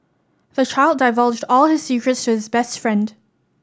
the child divulged all his secrets to his best friend